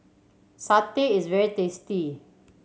satay is very tasty